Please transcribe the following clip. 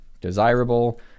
desirable